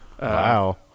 wow